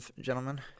gentlemen